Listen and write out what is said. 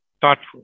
thoughtful